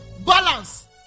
Balance